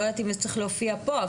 אני לא יודעת אם זה צריך להופיע פה,